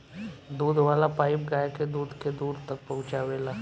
दूध वाला पाइप गाय के दूध के दूर तक पहुचावेला